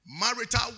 Marital